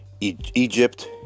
Egypt